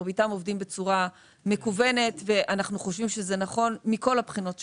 מרביתם עובדים בצורה מקוונת ואנחנו חושבים שזה נכון מכל הבחינות שבעולם.